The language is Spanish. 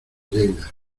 lleida